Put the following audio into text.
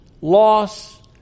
loss